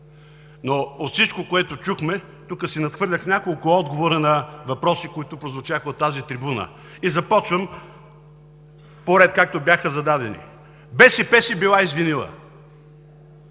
но от всичко, което чухме тук, си нахвърлих няколко отговора на въпроси, които прозвучаха от тази трибуна, и започвам поред, както бяха зададени. БСП се била извинила.